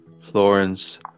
Florence